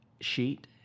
Sheet